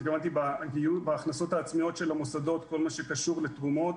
התכוונתי בהכנסות העצמיות של המוסדות כל מה שקשור לתרומות,